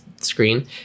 screen